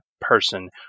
person